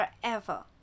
forever